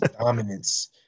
Dominance